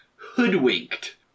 hoodwinked